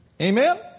Amen